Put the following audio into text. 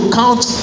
count